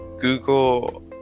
Google